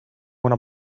una